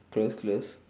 close close